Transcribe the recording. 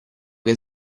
che